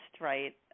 Right